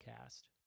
cast